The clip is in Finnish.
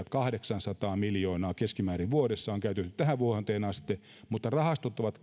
kahdeksansataa miljoonaa vuodessa tähän vuoteen asti mutta rahastot ovat